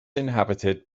inhabited